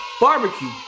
barbecue